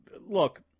look